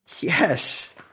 Yes